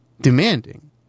demanding